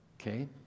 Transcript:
Okay